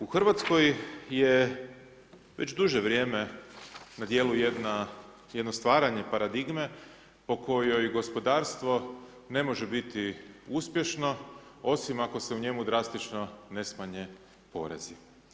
U Hrvatskoj je već duže vrijeme na dijelu jedno stvaranje paradigme, po kojoj gospodarstvo ne može biti uspješno, osim ako se u njemu drastično ne smanjuje porezi.